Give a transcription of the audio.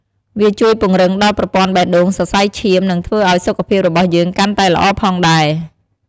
វាជួយពង្រឹងដល់ប្រព័ន្ធបេះដូង សរសៃឈាម និងធ្វើឱ្យសុខភាពរបស់យើងកាន់តែល្អផងដែរ។